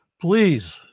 Please